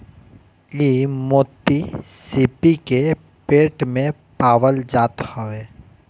इ मोती सीपी के पेट में पावल जात हवे